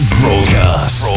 broadcast